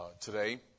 today